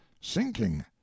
sinking